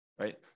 right